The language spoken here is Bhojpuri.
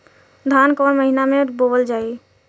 धान कवन महिना में बोवल जाई?